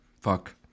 Fuck